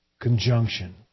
conjunction